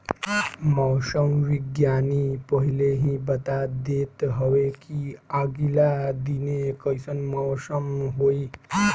मौसम विज्ञानी पहिले ही बता देत हवे की आगिला दिने कइसन मौसम होई